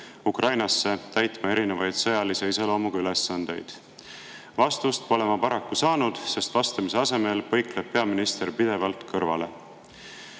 Ukrainasse täitma erinevaid sõjalise iseloomuga ülesandeid. Vastust pole ma paraku saanud, sest vastamise asemel põikleb peaminister pidevalt kõrvale.